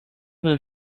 will